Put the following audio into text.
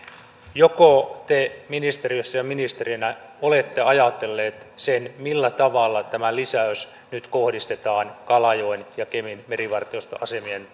joko te ministeriössä ja ministerinä olette ajatelleet sitä millä tavalla tämä lisäys nyt kohdistetaan kalajoen ja kemin merivartiostoasemien